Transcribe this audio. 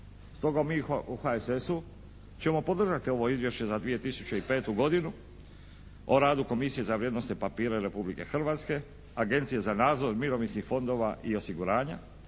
Stoga mi u HSS-u ćemo podržati ovo Izvješće za 2005. godinu o radu Komisije za vrijednosne papire Republike Hrvatske, Agencije za nadzor mirovinskih fondova i osiguranja